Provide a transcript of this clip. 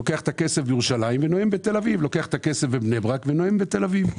לוקח את הכסף בירושלים ונואם בתל אביב.